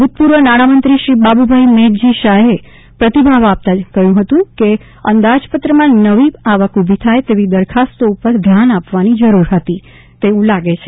ભૂતપૂર્વ નાણામંત્રી શ્રી બાબુભાઇ મેઘજી શાહે પ્રતિભાવ આપતા કહ્યું છે કે અંદાજપત્રમાં નવી આવક ઉભી થાય તેવી દરખાસ્તો ઉપર ધ્યાન આપવાની જરૂર હતી તેવું લાગે છે